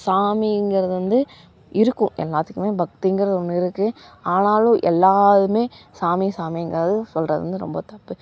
சாமிங்கிறது வந்து இருக்கும் எல்லாத்துக்குமே பக்திங்கிறது ஒன்று இருக்குது ஆனாலும் எல்லாருமே சாமி சாமிங்கிறது சொல்கிறது வந்து ரொம்ப தப்பு